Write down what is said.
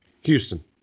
Houston